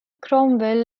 cromwell